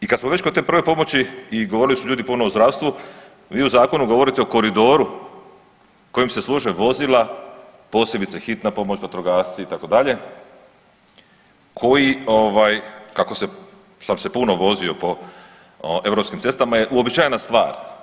I kad smo već kod te prve pomoći i govorili su ljudi puno o zdravstvu, vi u zakonu govorite o koridori kojim se služe vozila posebice hitna pomoć, vatrogasci itd. koji kako sam s puno vozio po europskim cestama je uobičajena stvar.